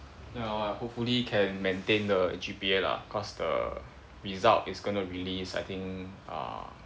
ya lor hopefully can maintain the G_P_A lah cause the result is gonna release I think uh